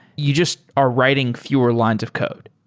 you just are writing fewer lines of code.